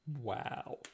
Wow